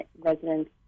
residents